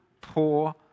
poor